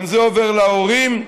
גם זה עובר להורים.